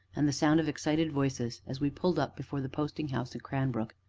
and the sound of excited voices as we pulled up before the posting house at cranbrook.